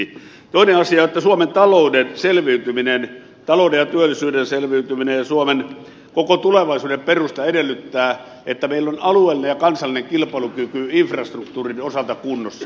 toinen asia on että suomen talouden selviytyminen talouden ja työllisyyden selviytyminen ja suomen koko tulevaisuuden perusta edellyttää että meillä on alueellinen ja kansallinen kilpailukyky infrastruktuurin osalta kunnossa